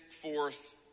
forth